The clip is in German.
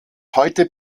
heute